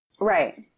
Right